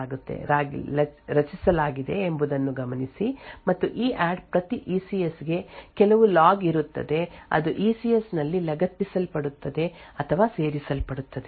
ಆದ್ದರಿಂದ ಆರಂಭದಲ್ಲಿ ಮಾಡಿದ ಇಕ್ರಿಯೇಟ್ ಸೂಚನೆಯ ಸಮಯದಲ್ಲಿ ಎಸ್ ಇ ಸಿ ಎಸ್ ಅನ್ನು ರಚಿಸಲಾಗಿದೆ ಎಂಬುದನ್ನು ಗಮನಿಸಿ ಮತ್ತು ಇ ಎ ಡಿ ಡಿ ಪ್ರತಿ ECS ಗೆ ಕೆಲವು ಲಾಗ್ ಇರುತ್ತದೆ ಅದು ಇ ಸಿ ಎಸ್ ನಲ್ಲಿ ಲಗತ್ತಿಸಲ್ಪಡುತ್ತದೆ ಅಥವಾ ಸೇರಿಸಲ್ಪಡುತ್ತದೆ